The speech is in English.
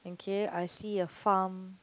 okay I see a farm